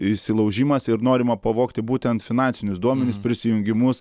įsilaužimas ir norima pavogti būtent finansinius duomenis prisijungimus